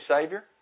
Savior